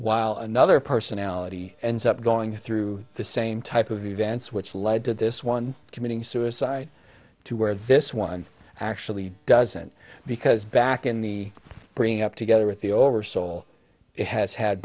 while another personality ends up going through the same type of events which led to this one committing suicide to where this one actually doesn't because back in the bringing up together with the over soul it has had